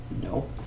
No